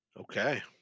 Okay